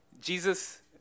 Jesus